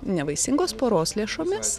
nevaisingos poros lėšomis